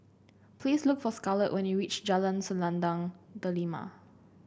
please look for Scarlet when you reach Jalan Selendang Delima